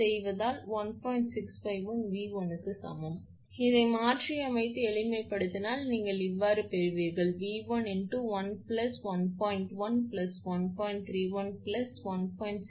651𝑉1 க்கு சமம் நீங்கள் மாற்றியமைத்து எளிமைப்படுத்தினால் நீங்கள் பெறுவீர்கள் 𝑉1 1 1